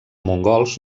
mongols